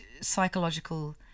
psychological